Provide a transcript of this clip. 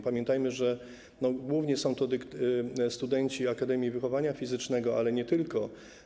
Pamiętajmy, że głównie są to studenci Akademii Wychowania Fizycznego, ale nie tylko.